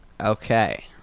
Okay